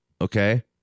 okay